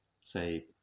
say